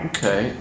Okay